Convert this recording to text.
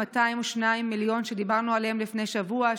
ה-202 מיליון שדיברנו עליהם לפני שבוע,